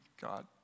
God